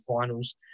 finals